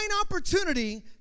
opportunity